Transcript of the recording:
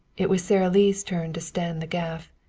it was sara lee's turn to stand the gaff.